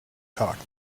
cock